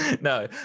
No